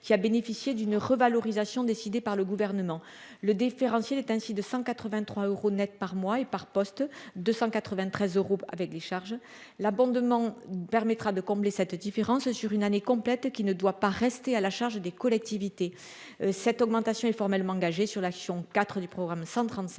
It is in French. qui a bénéficié d'une revalorisation décidée par le gouvernement, le différentiel est ainsi de 183 euros Net par mois et par poste 293 euros, avec les charges, l'abondement permettra de combler cette différence sur une année complète, qui ne doit pas rester à la charge des collectivités, cette augmentation est formellement engagé sur l'action IV du programme 135